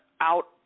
out